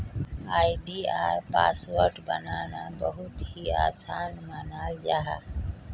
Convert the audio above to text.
आई.डी.आर password पाना बहुत ही आसान मानाल जाहा